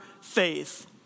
faith